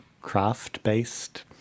craft-based